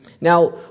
Now